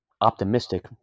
optimistic